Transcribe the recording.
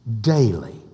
daily